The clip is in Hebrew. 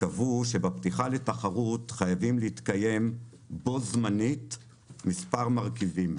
וקבעו שבפתיחה לתחרות חייבים להתקיים מספר מרכיבים בו זמנית